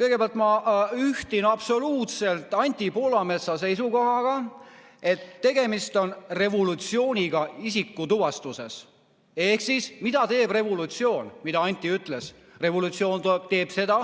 Kõigepealt ühtin ma absoluutselt Anti Poolametsa seisukohaga, et tegemist on revolutsiooniga isikutuvastuses. Ehk mida teeb revolutsioon, mida Anti mainis? Revolutsioon teeb seda,